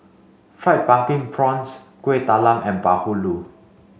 fried pumpkin prawns Kuih Talam and Bahulu